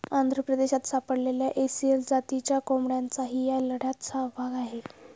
आंध्र प्रदेशात सापडलेल्या एसील जातीच्या कोंबड्यांचाही या लढ्यात सहभाग आहे